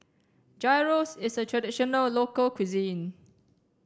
Gyros is a traditional local cuisine